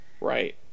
right